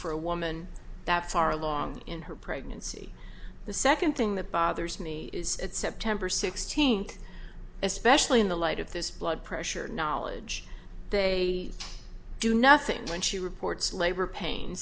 for a woman that far along in her pregnancy the second thing that bothers me is that september sixteenth especially in the light of this blood pressure knowledge they do nothing when she reports labor pains